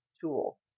tool